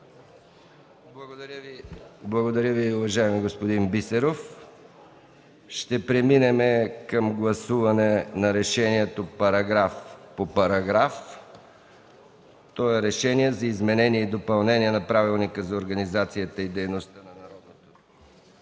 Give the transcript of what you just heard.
Благодаря Ви, уважаеми господин Бисеров. Ще преминем към гласуване на решението параграф по параграф. То е: „Проект! РЕШЕНИЕ за изменение и допълнение на Правилника за организацията и дейността на Народното